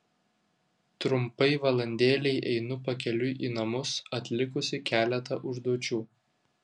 trumpai valandėlei einu pakeliui į namus atlikusi keletą užduočių